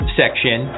section